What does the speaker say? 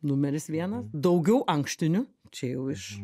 numeris vienas daugiau ankštinių čia jau iš